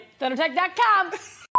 ThunderTech.com